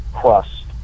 crust